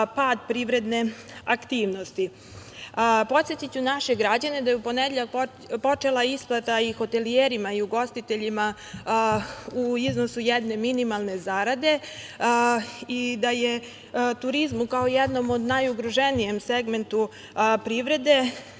pad privredne aktivnosti. Podsetiću naše građane da je u ponedeljak počela isplata i hotelijerima i ugostiteljima u iznosu od jedne minimalne zarade i da je turizmu, kao najugroženijem segmentu privrede,